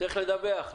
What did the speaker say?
צריך לדווח.